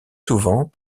souvent